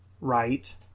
right